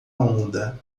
onda